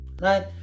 Right